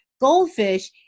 goldfish